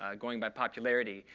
um going by popularity,